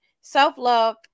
self-love